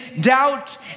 doubt